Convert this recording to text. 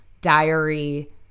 diary